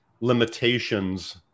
limitations